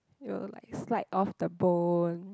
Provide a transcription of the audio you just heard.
it'll like slide off the bone